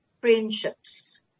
Friendships